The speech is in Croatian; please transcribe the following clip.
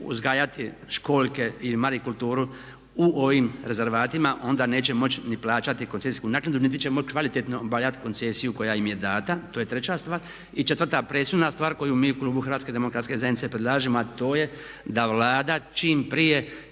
uzgajati školjke i marikulturu u ovim rezervatima onda neće moći ni plaćati koncesijsku naknadu, niti će moći kvalitetno obavljati koncesiju koja im je data. To je treća stvar. I četvrta presudna stvar koju mi u klubu Hrvatske demokratske zajednice predlažemo, a to je da Vlada čim prije